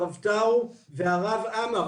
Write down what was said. הרב טאו והרב עמר,